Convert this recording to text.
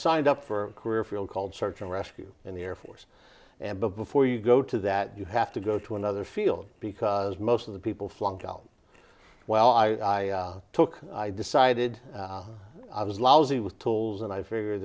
signed up for career field called search and rescue in the air force and before you go to that you have to go to another field because most of the people flunk out well i took i decided i was lousy with tools and i figure